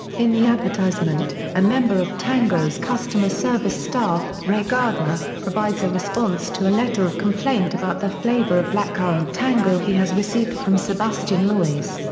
in the advertisement, a member of tango's customer service staff, ray gardner, provides a response to a letter of complaint about the flavour of blackcurrant tango he has received from sebastien loyes,